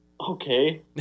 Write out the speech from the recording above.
Okay